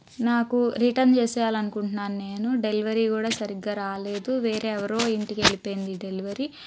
నాకు రిటర్న్ చేసేయాలనుకుంటున్నాను నేను డెలివరీ కూడా సరిగ్గా రాలేదు వేరే ఎవరో ఇంటికి వెళ్ళిపోయింది ఈ డెలివరీ